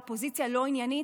אופוזיציה לא עניינית.